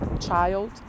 child